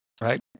right